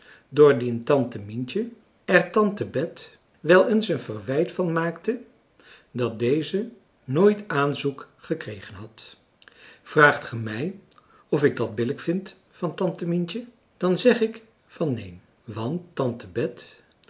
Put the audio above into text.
doordien tante mientje er tante bet wel eens een verwijt van maakte dat deze nooit aanzoek gekregen had vraagt ge mij of ik dat billijk vind van tante mientje dan zeg ik van neen want tante bet